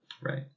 Right